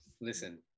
Listen